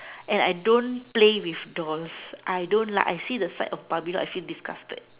and I don't play with dolls I don't like I see the sight of barbie dolls I feel disgusted